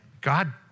God